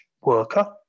worker